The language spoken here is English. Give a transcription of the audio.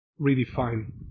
redefine